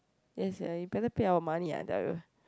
ya sia ah you better pay our money ah I tell you